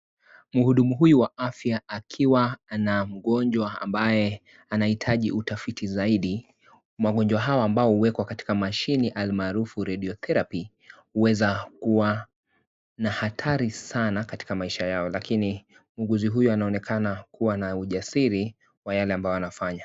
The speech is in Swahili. Mhudumu huyu wa afya akiwa ana mgonjwa ambaye anahitaji utafiti zaidi magonjwa haya ambayo huwekwa katika mashini almaarufu radiotherapy huweza kuwa na hatari sana kataka maisha yao lakini muuguzi huyu anaoneka kuwa na ujasiri kwa yale ambayo anafanya.